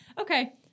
Okay